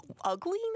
ugly